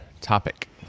topic